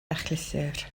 achlysur